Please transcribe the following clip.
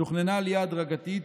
תוכננה עלייה הדרגתית,